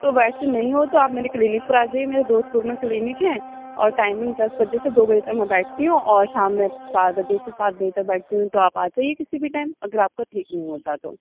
تو ویسے نہیں ہو تو آپ میری کلینک پہ آجائیے میری دودھ پور میں کلینک ہے اور ٹائمنگ دس بجے سے دو بجے تک میں بیٹھتی ہوں اور شام میں چار بجے سے سات بجے تک بیٹھتی ہوں تو آپ آ جائیے کسی بھی ٹائم اگر آپ کا ٹھیک نہیں ہوتا ہے تو